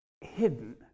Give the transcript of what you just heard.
hidden